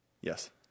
Yes